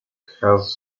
has